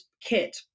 kit